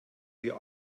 wir